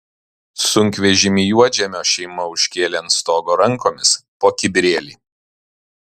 sunkvežimį juodžemio šeima užkėlė ant stogo rankomis po kibirėlį